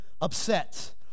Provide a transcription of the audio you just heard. upset